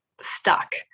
stuck